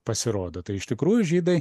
pasirodo tai iš tikrųjų žydai